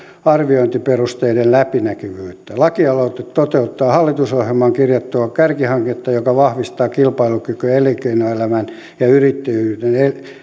arviointiperusteiden läpinäkyvyyttä lakialoite toteuttaa hallitusohjelmaan kirjattua kärkihanketta joka vahvistaa kilpailukykyä elinkeinoelämän ja yrittäjyyden